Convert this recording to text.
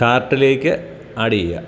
കാർട്ടിലേക്ക് ആഡ്യ്യുക